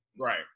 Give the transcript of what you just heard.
Right